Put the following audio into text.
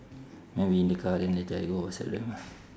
maybe in the car then later I go whatsapp them lah